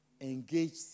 engaged